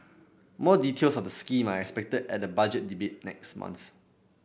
more details of the scheme are expected at the Budget Debate next month